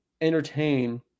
entertain